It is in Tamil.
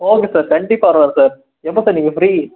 ஓகே சார் கண்டிப்பாக வருவேன் சார் எப்போ சார் நீங்கள் ஃப்ரீ